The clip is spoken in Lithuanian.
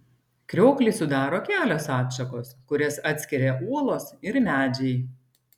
krioklį sudaro kelios atšakos kurias atskiria uolos ir medžiai